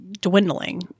dwindling